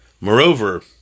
moreover